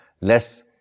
less